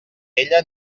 ella